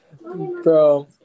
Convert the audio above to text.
Bro